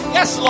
Yes